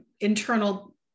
internal